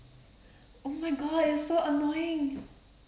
oh my god it's so annoying